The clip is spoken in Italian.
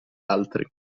altri